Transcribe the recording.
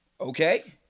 Okay